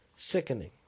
Sickening